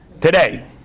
today